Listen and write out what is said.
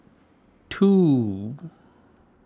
two